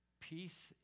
peace